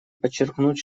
подчеркнуть